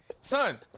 Son